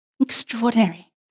Extraordinary